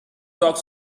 dogs